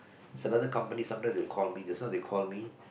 it's another company sometimes they call me just now they call me